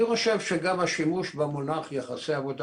אני חושב שגם השימוש במונח יחסי עבודה